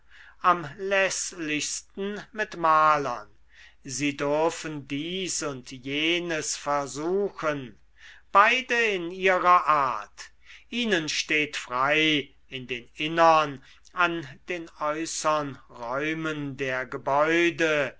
am läßlichsten mit malern sie dürfen dies und jenes versuchen beide in ihrer art ihnen steht frei in den innern an den äußern räumen der gebäude